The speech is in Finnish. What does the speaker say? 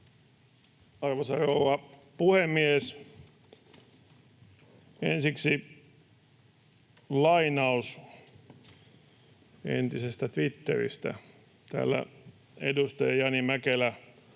Arvoisa rouva puhemies! Ensiksi lainaus entisestä Twitteristä. Täällä edustaja Jani Mäkelä